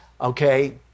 okay